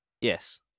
Yes